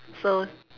so